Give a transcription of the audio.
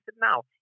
Now